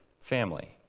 family